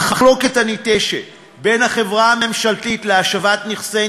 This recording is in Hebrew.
המחלוקת הניטשת בין החברה הממשלתית להשבת נכסים